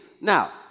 Now